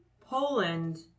Poland